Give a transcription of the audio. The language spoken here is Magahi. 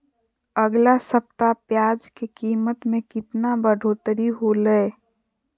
अगला सप्ताह प्याज के कीमत में कितना बढ़ोतरी होलाय?